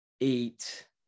eight